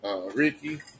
Ricky